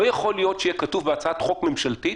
לא יכול להיות שיהיה כתוב בהצעת חוק ממשלתית: